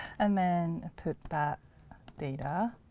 and then put that data